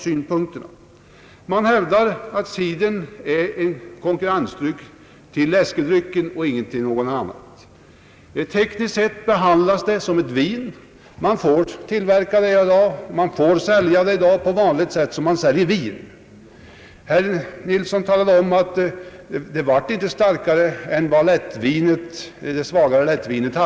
Utskottet hävdar att cidern är en konkurrent till läskedryckerna och ingenting annat. Tekniskt sett behandlas cidern som ett vin. Man får i dag tillverka och sälja cider på samma sätt som man säljer vin. Herr Nilsson sade att cider inte är starkare än det svagare lättvinet.